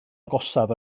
agosaf